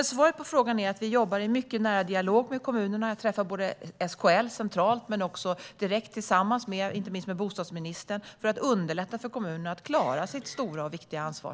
Svaret på frågan är att vi jobbar i mycket nära dialog med kommunerna. Jag träffar SKL centralt men också direkt tillsammans med bostadsministern, inte minst, för att underlätta för kommunerna att klara sitt stora och viktiga ansvar.